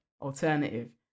alternative